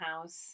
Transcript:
house